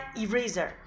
eraser